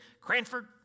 Cranford